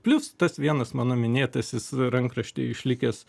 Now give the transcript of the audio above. plius tas vienas mano minėtasis rankraštyje išlikęs